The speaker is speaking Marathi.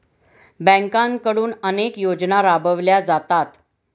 बँकांकडून अनेक योजना राबवल्या जातात